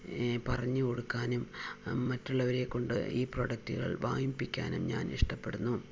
പറഞ്ഞുകൊടുക്കാനും മറ്റുള്ളവരെക്കൊണ്ട് ഈ പ്രൊഡക്ടുകൾ വാങ്ങിപ്പിക്കാനും ഞാനിഷ്ടപ്പെടുന്നു